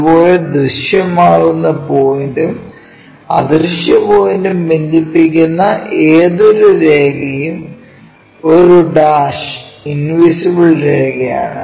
അതുപോലെ ദൃശ്യമാകുന്ന പോയിന്റും അദൃശ്യ പോയിന്റും ബന്ധിപ്പിക്കുന്ന ഏതൊരു രേഖയും ഒരു ഡാഷ് ഇൻവിസിബിൾ രേഖയാണ്